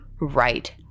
right